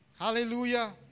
hallelujah